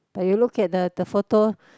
but you look at the the photo